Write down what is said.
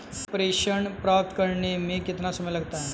प्रेषण प्राप्त करने में कितना समय लगता है?